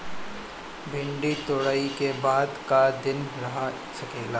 भिन्डी तुड़ायी के बाद क दिन रही सकेला?